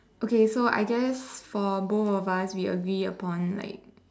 okay so I guess for the both of us we agree upon like